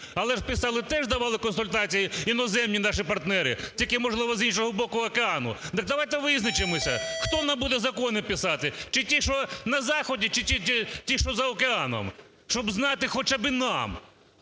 Але ж писали, теж давали консультації іноземні наші партнери, тільки, можливо, з іншого боку океану. Так давайте визначимося, хто нам буде закони писати: чи ті, що на Заході, чи ті, що за океаном, - щоб знати хоча би нам,